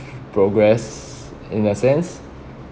progressed in a sense